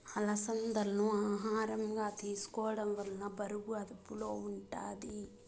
అలసందాలను ఆహారంగా తీసుకోవడం వల్ల బరువు అదుపులో ఉంటాది